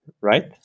Right